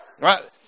Right